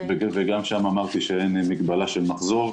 וגם שם אמרתי שאין מגבלה של מחזור.